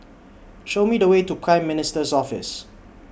Show Me The Way to Prime Minister's Office